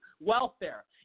welfare